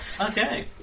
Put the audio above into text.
Okay